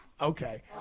Okay